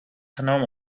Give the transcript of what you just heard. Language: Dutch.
genomen